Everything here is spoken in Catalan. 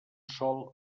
sol